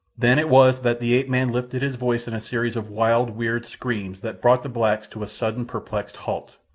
then it was that the ape-man lifted his voice in a series of wild, weird screams that brought the blacks to a sudden, perplexed halt.